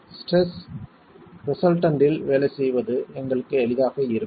stress resultant இல் வேலை செய்வது எங்களுக்கு எளிதாக இருக்கும்